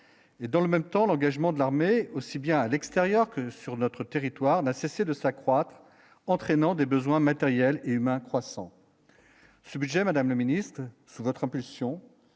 et dans le même temps l'engagement de l'armée, aussi bien à l'extérieur que sur notre territoire n'a cessé de s'accroître, entraînant des besoins matériels et humains croissant,